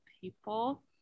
people